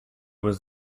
was